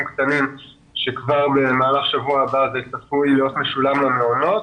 קטנים שכבר במהלך שבוע הבא זה יתחיל להיות משולם למעונות.